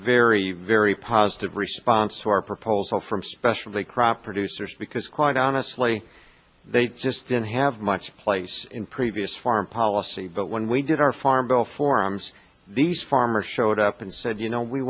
very very positive response to our proposal from especially crop producers because quite honestly they just didn't have much place in previous farm policy but when we did our farm bill forums these farmers showed up and said you know we